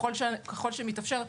ככל שמתאשר,